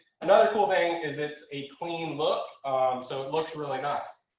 another cool thing is, it's a clean look so it looks really nice.